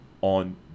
on